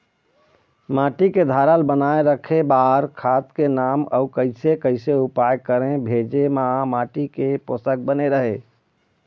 माटी के धारल बनाए रखे बार खाद के नाम अउ कैसे कैसे उपाय करें भेजे मा माटी के पोषक बने रहे?